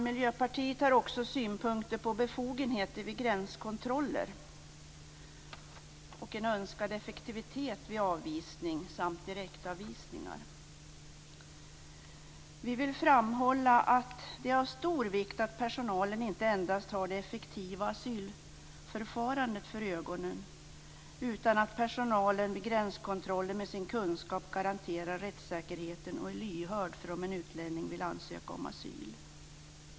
Miljöpartiet har också synpunkter på befogenheter vid gränskontroller och en önskad effektivitet vid avvisning samt direktavvisningar. Vi vill framhålla att det är av stor vikt att personalen inte endast har det effektiva asylförfarandet för ögonen, utan att personalen vid gränskontrollen med sin kunskap garanterar rättssäkerheten och är lyhörd för om en utlänning vill ansöka om asyl.